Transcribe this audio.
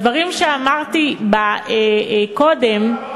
בדברים שאמרתי קודם,